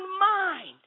mind